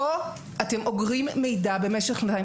כאן אתם אוגרים מידע ואדוני,